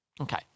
Okay